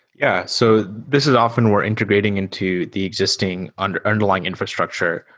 yeah. so this is often we're integrating into the existing and underlying infrastructure,